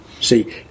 See